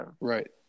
Right